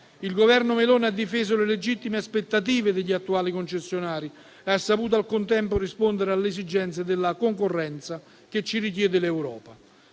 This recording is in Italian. Il Governo Meloni ha difeso le legittime aspettative degli attuali concessionari e ha saputo al contempo rispondere alle esigenze della concorrenza che ci richiede l'Europa.